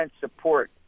support